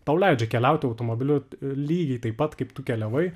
tau leidžia keliauti automobiliu lygiai taip pat kaip tu keliavai